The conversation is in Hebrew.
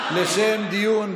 של חברת הכנסת קרן ברק,